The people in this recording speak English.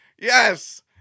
Yes